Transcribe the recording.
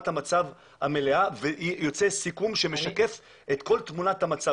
המצב המלאה ויוצא סיכום שמשקף את כל תמונת המצב,